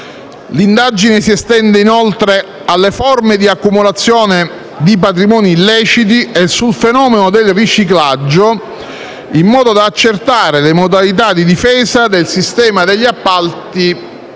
L'indagine si estende, inoltre, alle forme di accumulazione di patrimoni illeciti e sul fenomeno del riciclaggio, in modo da accertare le modalità di difesa del sistema degli appalti